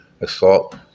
assault